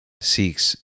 seeks